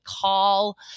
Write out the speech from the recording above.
call